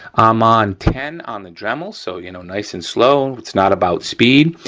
i'm on ten on the dremel so, you know, nice and slow. it's not about speed.